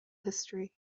history